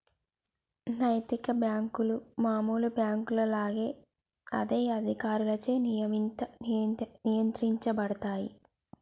నైతిక బ్యేంకులు మామూలు బ్యేంకుల లాగా అదే అధికారులచే నియంత్రించబడతయ్